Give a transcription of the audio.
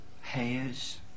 hairs